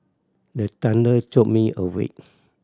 the thunder jolt me awake